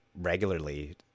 regularly